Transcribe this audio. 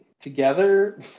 together